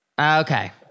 okay